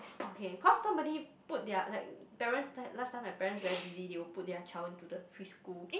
okay cause nobody put their like parents like last time my parents very they will put their child to the preschool